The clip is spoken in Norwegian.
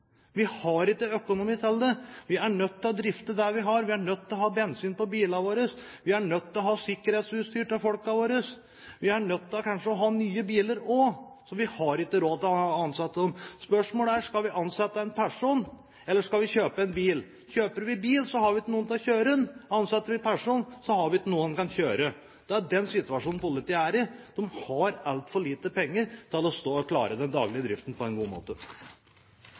Vi har ikke økonomi til det. Vi er nødt til å drifte det vi har, vi er nødt til å ha bensin på bilene våre. Vi er nødt til å ha sikkerhetsutstyr til folkene våre. Vi er kanskje også nødt til å ha nye biler, så vi har ikke råd til å ansette noen. Spørsmålet er: Skal vi ansette en person, eller skal vi kjøpe en bil? Kjøper vi bil, har vi ikke noen til å kjøre den, ansetter vi en person, har vi ikke noe han kan kjøre. Det er den situasjonen politiet er i. De har altfor lite penger til å klare den daglige driften på en god måte.